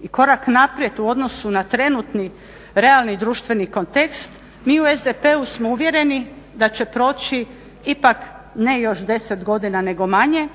i korak naprijed u odnosu na trenutni realni društveni kontekst, mi u SDP-u smo uvjereni da će proći ipak ne još 10 godina, nego manje,